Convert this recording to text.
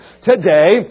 today